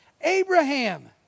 Abraham